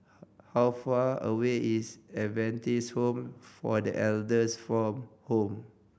how far away is Adventist Home for The Elders from home